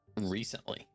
recently